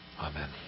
Amen